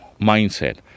mindset